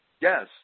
Yes